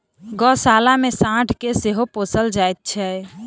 गोशाला मे साँढ़ के सेहो पोसल जाइत छै